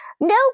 no